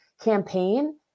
campaign